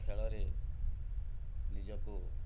ଖେଳରେ ନିଜକୁ